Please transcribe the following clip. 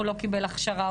הוא לא קיבל הכשרה,